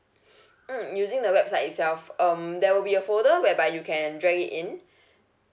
mm using the website itself um there will be a folder whereby you can drag it in